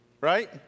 right